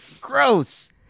Gross